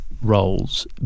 Roles